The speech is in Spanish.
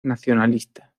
nacionalista